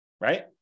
Right